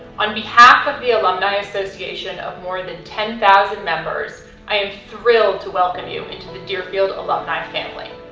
on behalf of the alumni association of more than ten thousand members, i am thrilled to welcome you into the deerfield alumni family.